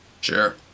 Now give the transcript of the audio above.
Sure